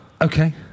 Okay